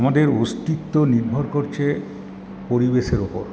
আমাদের অস্তিত্ব নির্ভর করছে পরিবেশের উপর